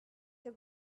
your